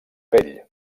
pell